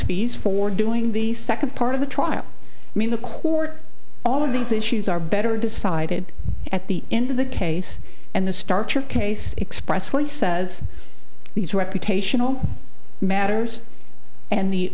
speeds for doing the second part of the trial i mean the court all of these issues are better decided at the end of the case and the starter case expressly says these are reputational matters and the